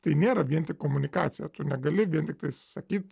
tai nėra vien tik komunikacija tu negali vien tiktai sakyt